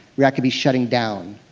react could be shutting down.